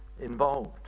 involved